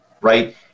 right